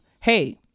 hey